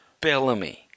Bellamy